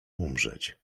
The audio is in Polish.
umrzeć